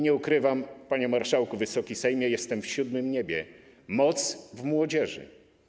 Nie ukrywam, panie marszałku, Wysoki Sejmie, że jestem w siódmym niebie - moc w młodzieży.